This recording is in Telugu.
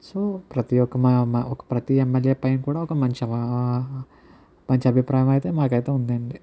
సో ప్రతి ఒక్క మా మా ఒక్క ప్రతి ఒక్క ఎంఎల్ఏ పైన కూడా ఒక మంచి మంచి అభిప్రాయము అయితే మాకు అయితే ఉంది అండి